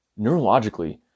neurologically